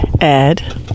Ed